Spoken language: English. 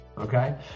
Okay